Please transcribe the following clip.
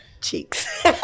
cheeks